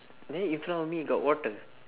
in front of me got water